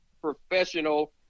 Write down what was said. professional